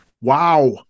Wow